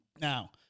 now